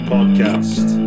Podcast